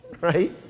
right